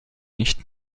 nicht